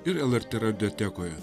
ir lrt radiotekoje